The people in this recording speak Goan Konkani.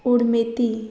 उडमेती